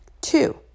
Two